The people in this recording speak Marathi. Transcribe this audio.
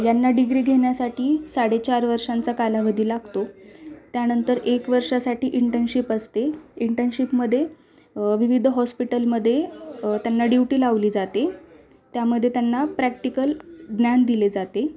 यांना डिग्री घेण्यासाठी साडेचार वर्षांचा कालावधी लागतो त्यानंतर एक वर्षासाठी इंटनशिप असते इंटनशिपमध्ये विविध हॉस्पिटलमध्ये त्यांना ड्यूटी लावली जाते त्यामध्ये त्यांना प्रॅक्टिकल ज्ञान दिले जाते